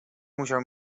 musiał